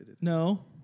No